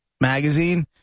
magazine